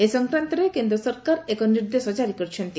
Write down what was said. ଏ ସଂକ୍ରାନ୍ତରେ କେନ୍ଦ୍ର ସରକାର ଏକ ନିର୍ଦ୍ଦେଶ ଜାରି କରିଛନ୍ତି